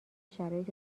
شرایط